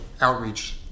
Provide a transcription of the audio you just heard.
outreach